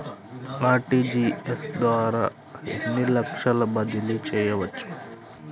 RTGS ద్వారా ఎన్ని లక్షలు బదిలీ చేయవచ్చు?